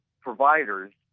providers